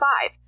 five